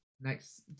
Next